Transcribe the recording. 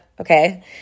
okay